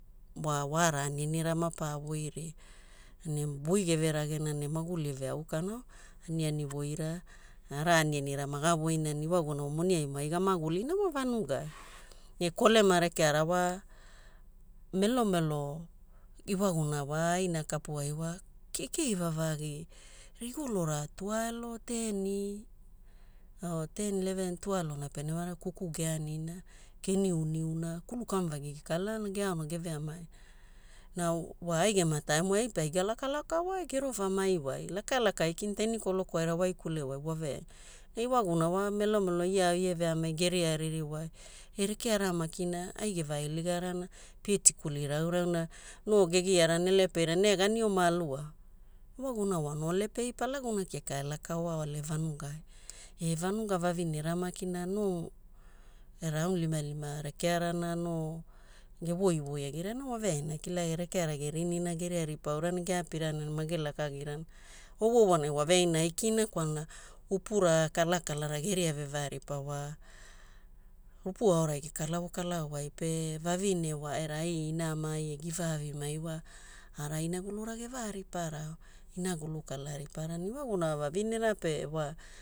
Wa waraa anianira mapa voiria. Ne voi geveragena ne maguli eveaukana wa, aniani voira ne araa anianira maga voina ne iwaguna wa moniaimo ai gamagulina wa vanugai. Ne kolema rekeara wa, melomelo iwaguna wa aina kapuai wa kekei vavagi. Rigolora tuaelo, teni o ten leven tuaelona penema rigo kuku geaninina, geniuniuna, kulu kamuvagi gakalana geaona geveamaina. Na wa ai gema taimuai ai pe ai galakalakawai, gerovamaiwai, lakalaka aikina teni kolokoaira waikulewai waveaira. Iwaguna wa melomelo ie ao ia veamai geria ririwai, e rekeara makina ai gevailigarana pie tikuli raurau na no gegiarana elepeirana, nega ne ioma aluao. Iwaguna wa no lepei palaguna kiaka elakaoaole vanugai, ne vanuga vavinera makina no aunilimalima rekearana no gevoivoi agirana waveaina ana kilagia, rekeara gerinina geria ripa aura geriai ne geapirana mage lakagirana. Ovoovonai waveaina aikna kwalana upura kalakalara geria vevaripa wa rupu aorai gekalavo kalavowai pe vavine wa era ai inami givaavimai wa araa inagulura gevariparao inagulu kala ripara, iwaguna vavinera pe wa